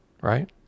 right